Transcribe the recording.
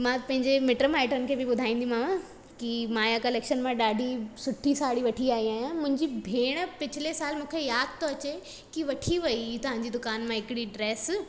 मां पंहिंजे मिट माइटनि खे बि ॿुधाईंदीमाव की माया कलैक्शन में ॾाढी सुठी साड़ी वठी आई आहियां मुंहिंजी भेण पिछले साल मूंखे यादि थो अचे की वठी वई तव्हांजी दुकानु मां हिकिड़ी ड्रैस